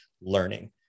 learning